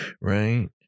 right